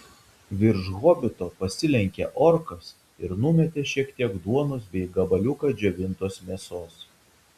virš hobito pasilenkė orkas ir numetė šiek tiek duonos bei gabaliuką džiovintos mėsos